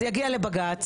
זה יגיע לבג"צ,